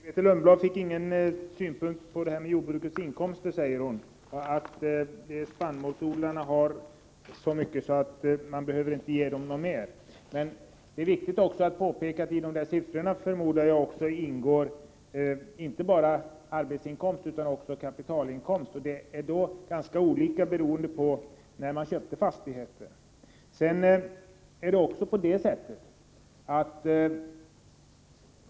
Herr talman! Grethe Lundblad sade att hon inte fick någon synpunkt från mig på jordbrukarnas inkomster och uppgiften att spannmålsodlarna har så god ekonomi att de inte behöver ges mer stöd. Det är viktigt att påpeka att det i de siffror som Grethe Lundblad redovisade ingår inte bara arbetsinkomst utan — förmodar jag — också kapitalinkomst. Böndernas situation är då ganska olika beroende på när fastigheten köptes.